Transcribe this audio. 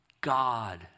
God